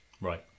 Right